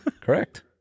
Correct